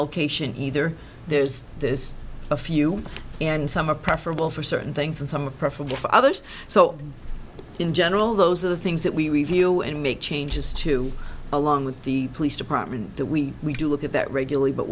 location either there's this a few and some are preferable for certain things and some are pro forgive others so in general those are the things that we review and make changes to along with the police department that we we do look at that regularly but